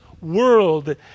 world